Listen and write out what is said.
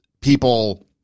People